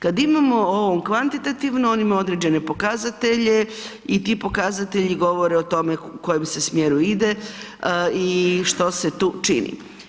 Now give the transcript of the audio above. Kad imamo ovo kvantitativno on ima određene pokazatelje i ti pokazatelji govore o tome u kojem se smjeru ide i što se tu čini.